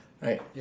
right